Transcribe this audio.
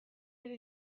bere